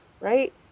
right